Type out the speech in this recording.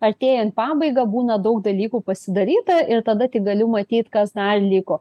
artėjant pabaigą būna daug dalykų pasidaryta ir tada tik galiu matyt kad dar liko